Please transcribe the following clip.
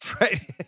Right